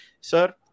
Sir